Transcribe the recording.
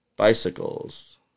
Bicycles